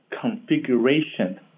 configuration